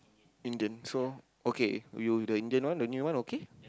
Indian so okay you with the Indian one the new one okay